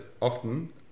often